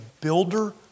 builder